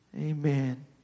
Amen